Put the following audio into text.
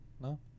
No